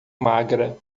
magra